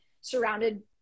surrounded